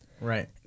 Right